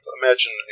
imagine